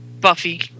Buffy